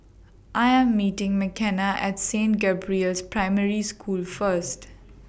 I Am meeting Makenna At Saint Gabriel's Primary School First